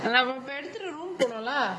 around our television room corner lah